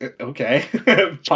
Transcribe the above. Okay